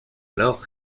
alors